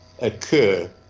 occur